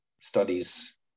studies